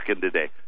today